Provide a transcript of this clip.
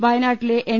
വയനാട്ടിലെ എൻ